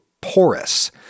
porous